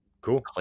cool